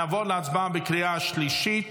נעבור להצבעה בקריאה השלישית